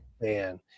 Man